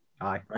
Aye